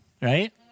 right